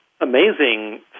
amazing